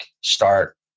start